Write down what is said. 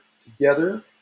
together